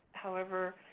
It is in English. however,